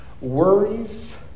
Worries